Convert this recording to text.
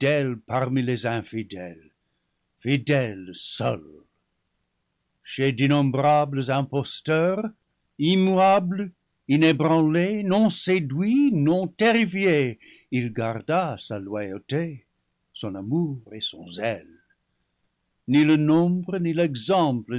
parmi les infi dèles fidèle seul chez d'innombrables imposteurs immuable inébranlé non séduit non terrifié il garda sa loyauté son amour et son zèle ni le nombre ni l'exemple